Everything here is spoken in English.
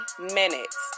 minutes